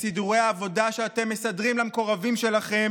מסידורי העבודה שאתם מסדרים למקורבים שלכם